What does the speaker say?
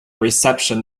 reception